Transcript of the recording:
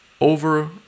over